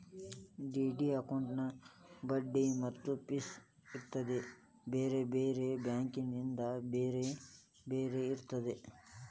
DD ಅಕೌಂಟಿನ್ ಬಡ್ಡಿ ಮತ್ತ ಫಿಸ್ ಇತ್ಯಾದಿ ಬ್ಯಾರೆ ಬ್ಯಾರೆ ಬ್ಯಾಂಕಿಂದ್ ಬ್ಯಾರೆ ಬ್ಯಾರೆ ಇರ್ತದ